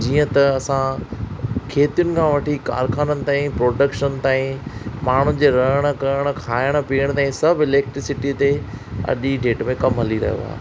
जीअं त असां खेतियुनि खां वठी कारख़ाननि ताईं प्रोडक्शन ताईं माणुन जे रहणु करणु खायण पीयण ताईं सब इलेक्ट्रिसिटी ते अॼ जी डेट में कमु हली रहियो आहे